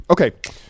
Okay